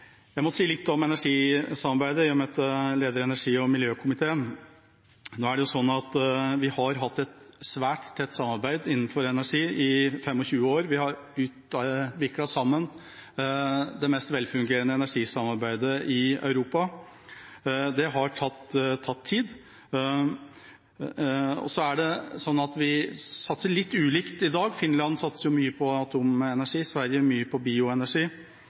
Jeg må si litt om energisamarbeidet, i og med at jeg er leder i energi- og miljøkomiteen. Vi har hatt et svært tett samarbeid innenfor energi i 25 år, vi har sammen utviklet det mest velfungerende energisamarbeidet i Europa. Det har tatt tid. Så er det slik at vi satser litt ulikt i dag: Finland satser mye på atomenergi, Sverige mye på bioenergi;